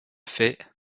faits